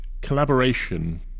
Collaboration